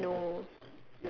you can never know